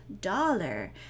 dollar